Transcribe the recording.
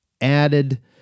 added